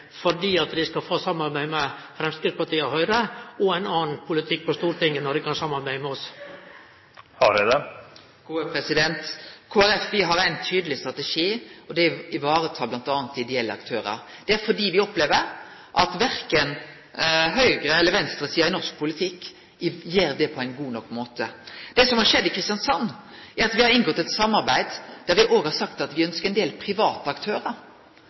få samarbeide med Framstegspartiet og Høgre, og ein annan politikk på Stortinget når dei kan samarbeide med oss? Kristeleg Folkeparti har ein tydeleg strategi: Å ta vare på m.a. ideelle aktørar. Det er fordi me opplever at verken høgre- eller venstresida i norsk politikk gjer det på ein god nok måte. Det som har skjedd i Kristiansand, er at me har inngått eit samarbeid der me òg har sagt at me ønskjer ein del private aktørar.